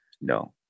no